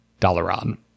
Dalaran